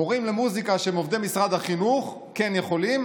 מורים למוזיקה שהם עובדי משרד החינוך כן יכולים,